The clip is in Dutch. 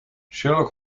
sherlock